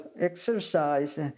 exercise